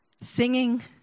singing